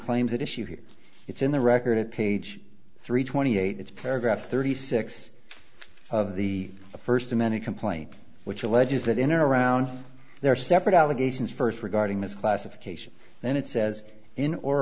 claims that issue here it's in the record at page three twenty eight it's paragraph thirty six of the first to many complaint which alleges that in or around there are separate allegations first regarding this classification then it says in or